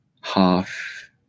half